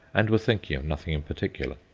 and were thinking of nothing in particular.